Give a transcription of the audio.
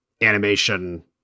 animation